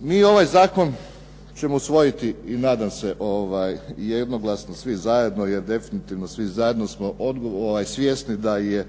mi ovaj zakon ćemo usvojiti i nadam se jednoglasno svi zajedno. Jer definitivno svi zajedno smo svjesni da je